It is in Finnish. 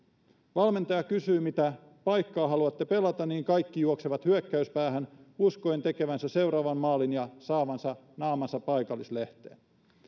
valmentaja kysyy mitä paikkaa haluatte pelata niin kaikki juoksevat hyökkäyspäähän uskoen tekevänsä seuraavan maalin ja saavansa naamansa paikallislehteen